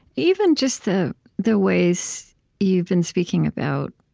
even just the the ways you've been speaking about